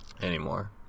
anymore